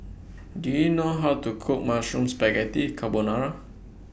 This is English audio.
Do YOU know How to Cook Mushroom Spaghetti Carbonara